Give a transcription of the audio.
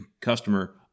customer